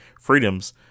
freedoms